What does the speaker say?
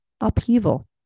upheaval